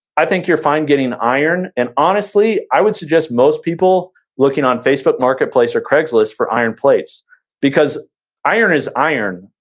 i think you're fine getting iron. and honestly, i would suggest most people looking on facebook marketplace or craigslist for iron plates because iron is iron.